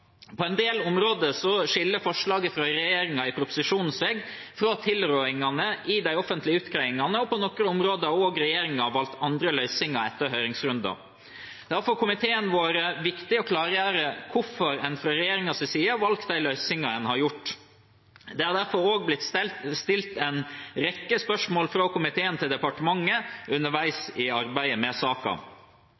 en del områder skiller forslaget i proposisjonen fra regjeringen seg fra tilrådingene i de offentlige utgreiingene. På noen områder har regjeringen også valgt andre løsninger etter høringsrunden. Det har for komiteen vært viktig å klargjøre hvorfor en fra regjeringens side har valgt de løsningene en har gjort. Det har derfor blitt stilt en rekke spørsmål fra komiteen til departementet underveis